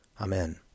Amen